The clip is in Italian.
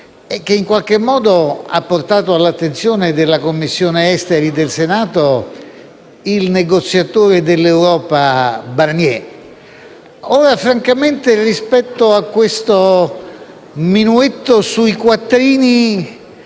e che, in qualche modo, ha portato all'attenzione della Commissione affari esteri, emigrazione del Senato il negoziatore dell'Europa Barnier. Francamente, rispetto a questo minuetto sui quattrini